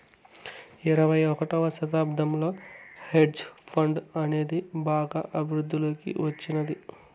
ఇరవై ఒకటవ శతాబ్దంలో హెడ్జ్ ఫండ్ అనేది బాగా వృద్ధిలోకి వచ్చినాది